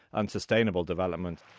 unsustainable development